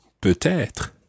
Peut-être